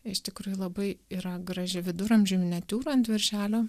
iš tikrųjų labai yra graži viduramžių miniatiūra ant viršelio